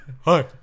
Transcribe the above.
Hi